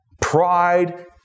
pride